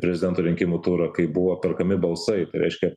prezidento rinkimų turą kai buvo perkami balsai tai reiškia